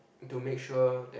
to make sure that